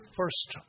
first